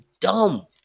dumb